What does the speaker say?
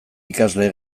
ikasle